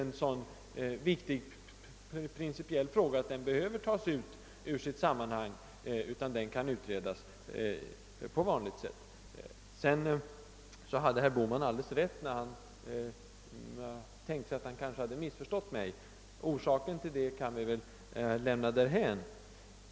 Det är inte heller en så principiellt viktig fråga att den behöver brytas ut ur sitt sammanhang, utan den kan utredas enligt de redan lämnade direktiven. Herr Bohman hade alldeles rätt när han förmodade att han hade missförstått mig. Orsaken till det kan vi väl lämna därhän.